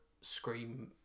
scream